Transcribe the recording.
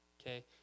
okay